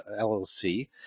LLC